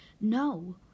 No